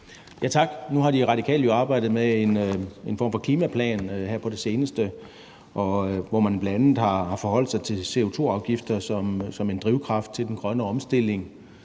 Tak. Nu har De Radikale jo arbejdet med en form for klimaplan her på det seneste, hvor man bl.a. har forholdt sig til CO2-afgifter som en drivkraft i den grønne omstilling,